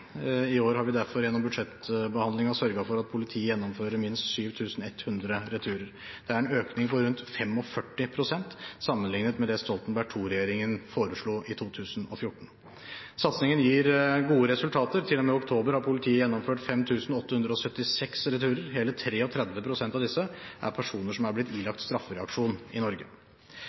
I år har vi derfor gjennom budsjettbehandlingen sørget for at politiet gjennomfører minst 7 100 returer. Det er en økning på rundt 45 pst. sammenliknet med det Stoltenberg II-regjeringen foreslo i 2014. Satsingen gir gode resultater. Til og med oktober hadde politiet gjennomført 5 876 returer. Hele 33 pst. av disse er personer som har blitt ilagt straffereaksjon i Norge.